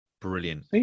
Brilliant